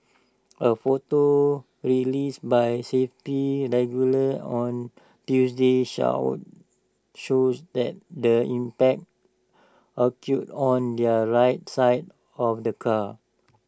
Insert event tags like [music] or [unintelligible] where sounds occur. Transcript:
A photo released by safety regular on Tuesday [unintelligible] shows that the impact occurred on the right side of the car